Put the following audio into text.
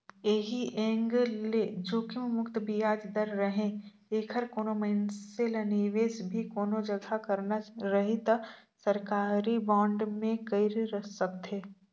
ऐही एंग ले जोखिम मुक्त बियाज दर रहें ऐखर कोनो मइनसे ल निवेस भी कोनो जघा करना रही त सरकारी बांड मे कइर सकथे